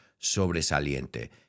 sobresaliente